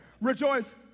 Rejoice